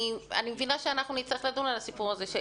אני מבינה שאנחנו נצטרך לדון על הסיפור הזה.